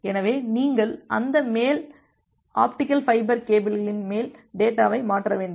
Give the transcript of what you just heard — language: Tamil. எனவே நீங்கள் அந்த மேல் ஆப்டிகல் ஃபைபர் கேபிளின் மேல் டேட்டாவை மாற்ற வேண்டும்